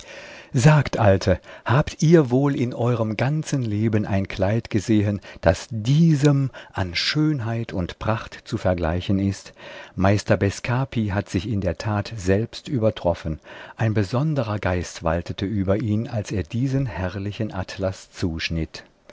sagt alte habt ihr wohl in euerm ganzen leben ein kleid gesehen das diesem an schönheit und pracht zu vergleichen ist meister bescapi hat sich in der tat selbst übertroffen ein besonderer geist waltete über ihn als er diesen herrlichen atlas zuschnitt